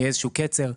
יהיה איזשהו קצר,